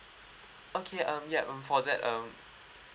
okay um yup um for that um